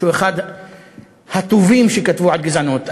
שהוא אחד הטובים שכתבו על גזענות,